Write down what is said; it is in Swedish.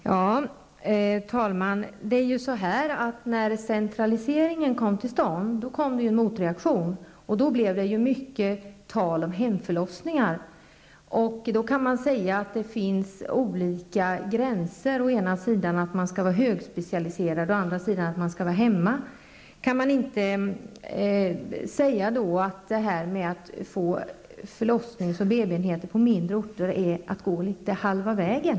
Herr talman! När centraliseringen kom till stånd blev det en motreaktion. Då blev det mycket tal om hemförlossningar. Man kan då säga att det finns olika gränser, å ena sidan att vården skall vara högspecialiserad, och å andra sidan att de som skall föda skall vara hemma. Kan man då inte säga att en förläggning av förlossnings och BB-enheter till mindre orter innebär att man går halva vägen?